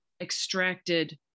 extracted